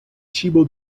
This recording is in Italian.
cibo